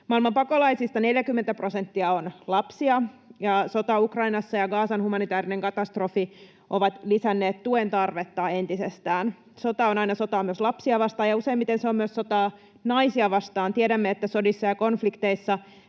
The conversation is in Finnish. Maailman pakolaisista 40 prosenttia on lapsia, ja sota Ukrainassa ja Gazan humanitaarinen katastrofi ovat lisänneet tuen tarvetta entisestään. Sota on aina sotaa myös lapsia vastaan, ja useimmiten se on sotaa myös naisia vastaan. Tiedämme, että sodissa ja konflikteissa